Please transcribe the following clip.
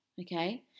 Okay